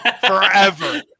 forever